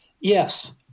Yes